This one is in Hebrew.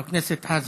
חבר הכנסת חזן.